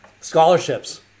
scholarships